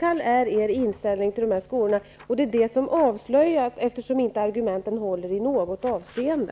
Er inställning till dessa skolor är iskall. Det är detta som avslöjas, eftersom argumenten inte håller i något avseende.